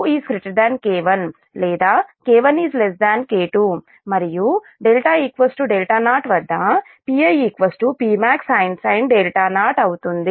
కాబట్టి K2 K1 లేదా K1 K2 మరియు δ δ0 వద్ద Pi Pmaxsin 0 అవుతుంది